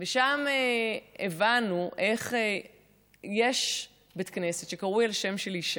שם הבנו איך יש בית כנסת שקרוי על שם של אישה.